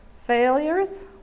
failures